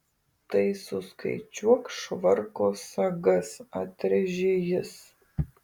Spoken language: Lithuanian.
tai suskaičiuok švarko sagas atrėžė jis